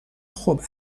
خوب